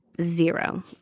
Zero